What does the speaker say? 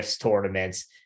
tournaments